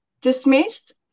dismissed